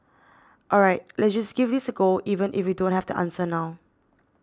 all right let's just give this a go even if we don't have the answer now